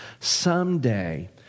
Someday